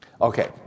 Okay